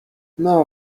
nor